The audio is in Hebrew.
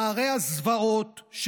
נערי הזוועות,